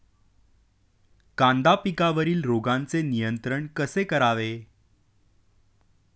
कांदा पिकावरील रोगांचे नियंत्रण कसे करावे?